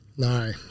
No